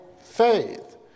faith